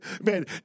man